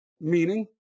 meaning